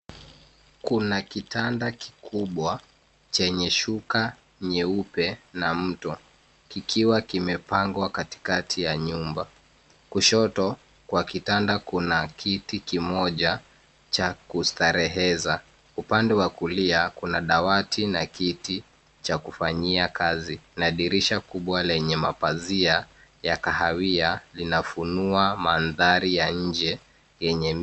Kuna kitanda kikubwa chenye shuka nyeupe na mto. Kikiwa kimepangwa katikati ya nyumba. Kushoto kwa kitanda kuna kiti kimoja cha kustareheza. Upande wa kulia kuna dawati na kiti cha kufanyia kazi na dirisha kubwa lenye mapazia ya kahawia ya linafunua mandhari ya nje.